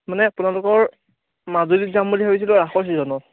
মানে আপোনালোকৰ মাজুলীত যাম বুলি ভাবিছিলোঁ ৰাসৰ চিজনত